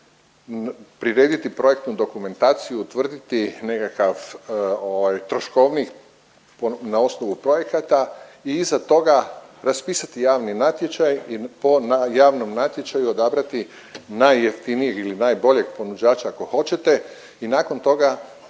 prirediti projektnu dokumentaciju i utvrditi nekakav ovaj troškovnik na osnovu projekata i iza toga raspisati javni natječaj i po javnom natječaju odabrati najjeftinijeg ili najboljeg ponuđača ako hoćete i nakon toga